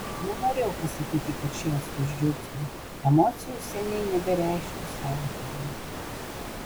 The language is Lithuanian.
nenorėjau pasakyti kad šėlstu iš džiaugsmo emocijų seniai nebereiškiu siautėjimu